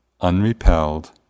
unrepelled